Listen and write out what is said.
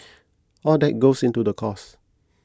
all that goes into the cost